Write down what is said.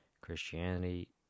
Christianity